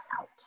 out